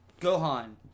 Gohan